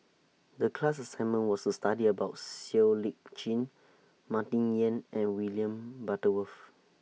The class assignment was to study about Siow Lee Chin Martin Yan and William Butterworth